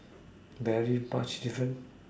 very much difference